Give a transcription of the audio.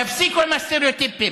לכן, תפסיקו עם הסטריאוטיפים,